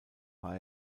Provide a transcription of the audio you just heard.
war